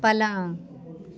पलङ्ग